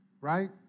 right